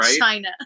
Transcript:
China